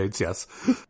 yes